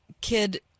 kid